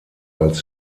als